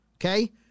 okay